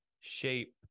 shape